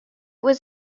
was